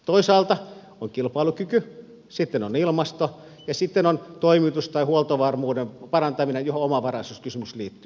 toisaalta on kilpailukyky sitten on ilmasto ja sitten on toimitus tai huoltovarmuuden parantaminen johon omavaraisuuskysymys liittyy